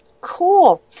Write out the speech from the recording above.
cool